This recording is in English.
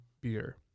beer